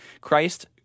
christ